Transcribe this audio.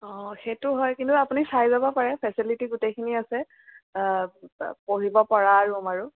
অঁ সেইটো হয় কিন্তু আপুনি চাই ল'ব পাৰে ফেচিলিটি গোটেইখিনি আছে পঢ়িব পৰা ৰুম আৰু